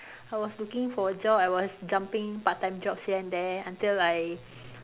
I was looking for a job I was jumping part time jobs here and there until like I